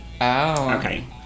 Okay